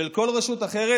של כל רשות אחרת,